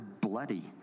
bloody